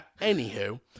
Anywho